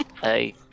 Hey